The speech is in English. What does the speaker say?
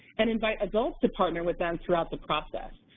and invite adults to partner with them throughout the process.